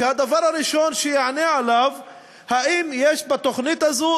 שהדבר הראשון שיענה עליו הוא האם יש בתוכנית הזאת